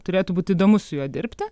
turėtų būt įdomu su juo dirbti